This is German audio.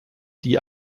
die